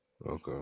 Okay